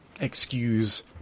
excuse